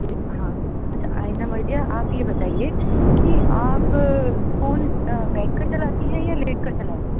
ہاں اچھا آئینہ مرضیہ آپ یہ بتائیے کہ آپ فون بیٹھ کر چلاتی ہیں یا لیٹ کر چلاتی ہیں